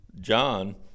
John